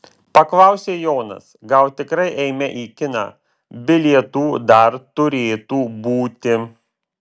paklausė jonas gal tikrai eime į kiną bilietų dar turėtų būti